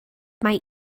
mae